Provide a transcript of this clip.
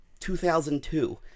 2002